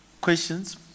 questions